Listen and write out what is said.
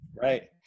right